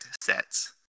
sets